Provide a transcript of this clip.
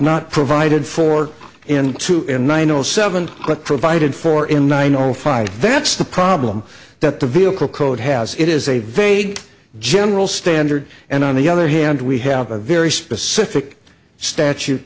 not provided for in two in one zero seven provided for in nine or five that's the problem that the vehicle code has it is a very general standard and on the other hand we have a very specific statute